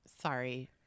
sorry